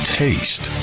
taste